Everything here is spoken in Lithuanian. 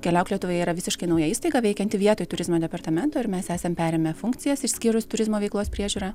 keliauk lietuvoje yra visiškai nauja įstaiga veikianti vietoj turizmo departamento ir mes esam perėmę funkcijas išskyrus turizmo veiklos priežiūrą